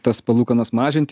tas palūkanas mažint